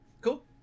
cool